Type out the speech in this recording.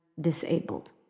Disabled